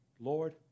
lord